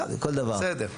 כל דבר.